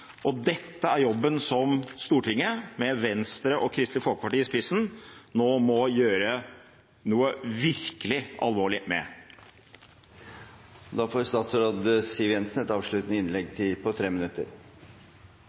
og dette er jobben som Stortinget, med Venstre og Kristelig Folkeparti i spissen, nå må gjøre noe virkelig alvorlig med. Takk for en god og foreløpig – hva skal jeg si – tilbakemelding på